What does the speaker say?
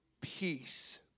Peace